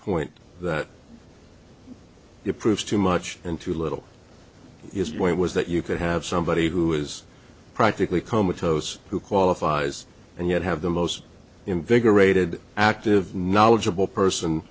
point that you proved too much and too little is what it was that you could have somebody who is practically comatose who qualifies and yet have the most invigorated active knowledgeable person